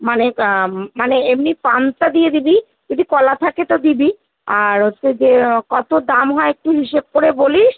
মানে মানে এমনি পানটা দিয়ে দিবি যদি কলা থাকে তো দিবি আর হচ্ছে যে কত দাম হয় একটু হিসেব করে বলিস